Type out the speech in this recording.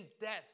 death